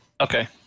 okay